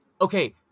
Okay